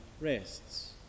rests